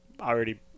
already